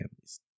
families